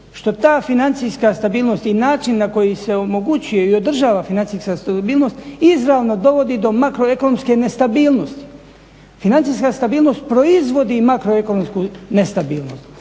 što ta financijska stabilnost i način na koji se omogućuje i održava financijska stabilnost izravno dovodi do makroekonomske nestabilnosti. Financijska stabilnost proizvodi makroekonomsku nestabilnost.